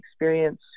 experience